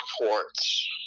reports